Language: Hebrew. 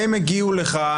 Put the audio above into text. הם הגיעו לכאן,